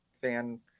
fan